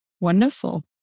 Wonderful